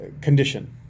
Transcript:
condition